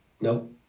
No